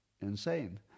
insane